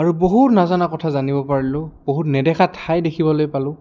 আৰু বহুত নজানা কথা জানিব পাৰিলোঁ বহুত নেদেখা ঠাই দেখিবলৈ পালোঁ